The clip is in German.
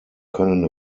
können